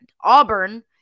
Auburn